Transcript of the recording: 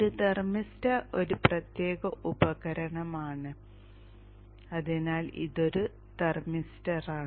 ഒരു തെർമിസ്റ്റർ ഒരു പ്രത്യേക ഉപകരണമാണ് അതിനാൽ ഇതൊരു തെർമിസ്റ്ററാണ്